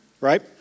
right